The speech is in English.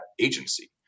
agency